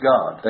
God